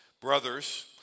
brothers